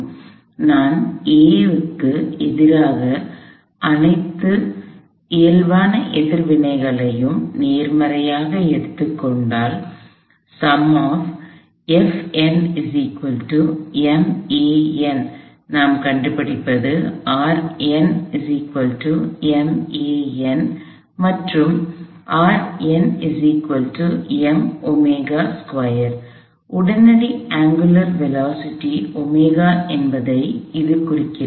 எனவே நான் A க்கு எதிரான அனைத்து இயல்பான எதிர்வினைகளையும் நேர்மறையாக எடுத்துக் கொண்டால் நாம் கண்டுபிடிப்பது மற்றும் உடனடி அங்குலார் வேலோசிட்டி கோணத் திசைவேகம் என்பதை இது குறிக்கிறது